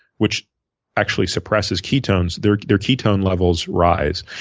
which actually suppresses ketones, their their ketone levels rise.